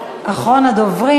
אחרון הדוברים.